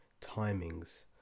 timings